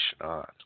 on